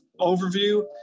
overview